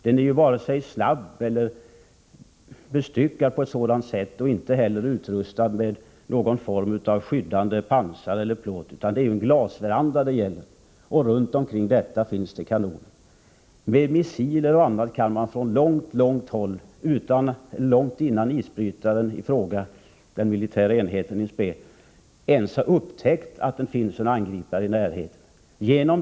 Den är ju varken snabb eller bestyckad för modernt militärt ändamål och inte heller utrustad med någon form av skyddande pansar eller plåt. Det är närmast fråga om en glasveranda, och runt omkring den finns det kanoner. Med missiler och annat kan man angripa isbrytaren i fråga — den militära enheten in spe — från långt håll och långt innan den ens har upptäckt att det finns en angripare i närheten.